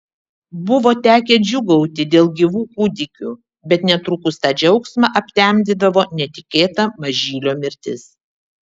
buvo tekę džiūgauti dėl gyvų kūdikių bet netrukus tą džiaugsmą aptemdydavo netikėta mažylio mirtis